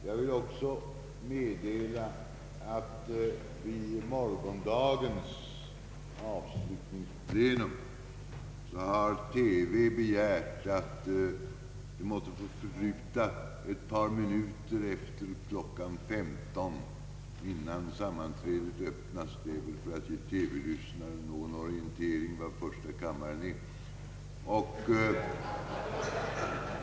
Jag vill också meddela att Sveriges Radio begärt att det vid morgondagens avslutningsplenum måtte få förflyta ett par minuter efter kl. 15 innan sammanträdet öppnas, detta för att ge TV möjlighet att orientera allmänheten om vad första kammaren är.